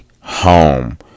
home